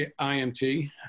IMT